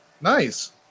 nice